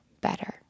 better